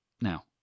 Now